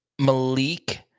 Malik